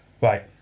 Right